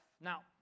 Now